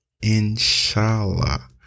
Inshallah